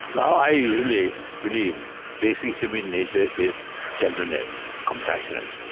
i really believe basic human nature is gentleness, compassionate,